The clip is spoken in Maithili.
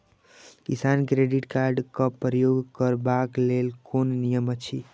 किसान क्रेडिट कार्ड क प्रयोग करबाक लेल कोन नियम अछि?